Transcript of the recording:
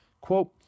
Quote